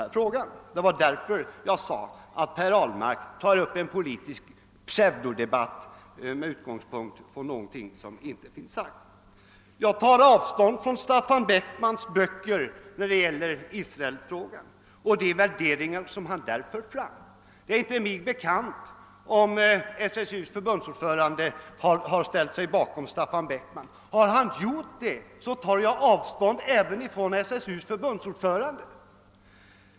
Det var också därför jag sade att herr Ahlmark tog upp en politisk pseudodebatt med utgångspunkt i någonting som inte har sagts. Jag tar avstånd från Staffan Beckmans böcker och de värderingar som han där för fram när det gäller Israelfrågan. Det är inte mig bekant om SSU:s förbundsordförande har ställt sig bakom Staffan Beckman. Har han gjort det, tar jag avstånd även från SSU:s förbundsordförande.